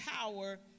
power